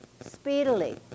Speedily